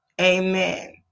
Amen